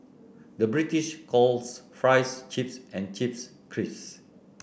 the British calls fries chips and chips crisps